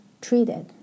Treated